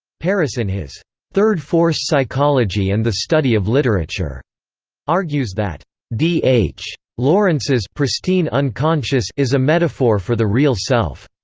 paris in his third force psychology and the study of literature argues that d h. lawrence's pristine unconscious is a metaphor for the real self.